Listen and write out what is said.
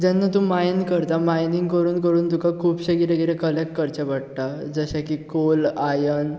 जेन्ना तूं मायन करता मायनींग करून करून तुका खुबशें कितें कितें कलॅक्ट करचें पडटा जशें की कोल आयर्न